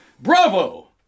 Bravo